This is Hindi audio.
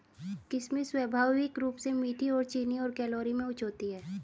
किशमिश स्वाभाविक रूप से मीठी और चीनी और कैलोरी में उच्च होती है